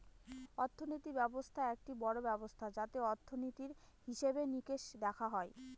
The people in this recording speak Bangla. অর্থনীতি ব্যবস্থা একটি বড়ো ব্যবস্থা যাতে অর্থনীতির, হিসেবে নিকেশ দেখা হয়